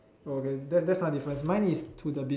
oh okay that's that's one difference mine is to the beach